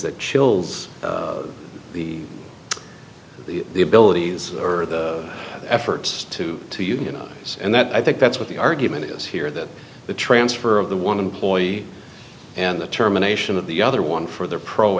that chills the the abilities or the efforts to to unionize and that i think that's what the argument is here that the transfer of the one employee and the terminations of the other one for their pro